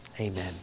Amen